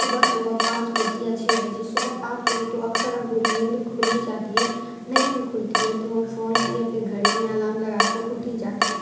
सुबह सुबह पाँच बजे या छः बजे सुबह पाँच बजे तो अक्सर हम को नींद खुल ही जाती है नहीं भी खुलती है तो हम फ़ोन से या फिर घड़ी में अलार्म लगा कर उठ ही जाते हैं